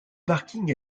parking